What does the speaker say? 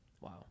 Wow